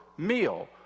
meal